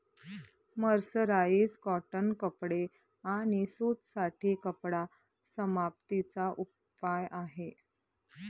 mercerise cotton कपडे आणि सूत साठी कपडा समाप्ती चा उपाय आहे